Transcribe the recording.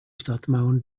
stadtmauern